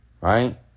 right